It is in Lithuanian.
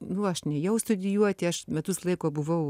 nu aš nėjau studijuoti aš metus laiko buvau